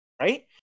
Right